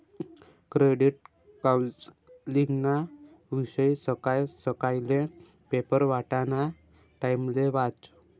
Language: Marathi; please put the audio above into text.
क्रेडिट कौन्सलिंगना विषयी सकाय सकायले पेपर वाटाना टाइमले वाचं